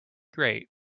grate